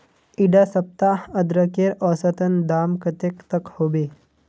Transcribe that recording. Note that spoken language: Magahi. इडा सप्ताह अदरकेर औसतन दाम कतेक तक होबे?